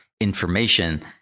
information